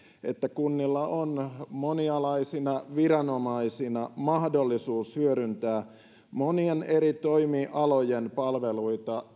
että kunnilla on monialaisina viranomaisina mahdollisuus hyödyntää monien eri toimialojen palveluita